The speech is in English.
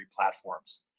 platforms